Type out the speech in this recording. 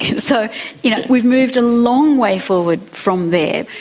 so you know we've moved a long way forward from there.